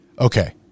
Okay